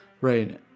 Right